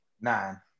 Nine